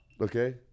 Okay